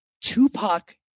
Tupac